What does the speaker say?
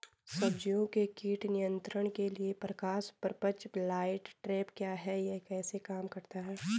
सब्जियों के कीट नियंत्रण के लिए प्रकाश प्रपंच लाइट ट्रैप क्या है यह कैसे काम करता है?